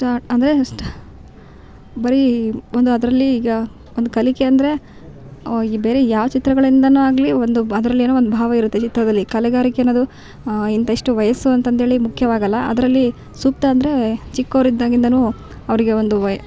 ಸ್ಟಾ ಅಂದರೆ ಸ್ಟಾ ಬರಿ ಒಂದು ಅದರಲ್ಲಿ ಈಗ ಒಂದು ಕಲಿಕೆ ಅಂದರೆ ಇಬ್ ಬೇರೆ ಯಾವ ಚಿತ್ರಗಳಿಂದಲೂ ಆಗಲಿ ಒಂದು ಅದ್ರಲ್ಲಿ ಒಂದು ಭಾವ ಇರುತ್ತೆ ಚಿತ್ರದಲ್ಲಿ ಕಲೆ ಅನ್ನೋದು ಇಂತಿಷ್ಟು ವಯಸ್ಸು ಅಂತಂತ ಹೇಳಿ ಮುಖ್ಯವಾಗಲ್ಲ ಅದರಲ್ಲಿ ಸೂಕ್ತ ಅಂದರೆ ಚಿಕ್ಕವ್ರು ಇದ್ದಾಗಿಂದಲೂ ಅವರಿಗೆ ಒಂದು ವಯ್